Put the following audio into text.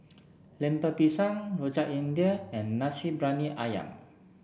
Lemper Pisang Rojak India and Nasi Briyani ayam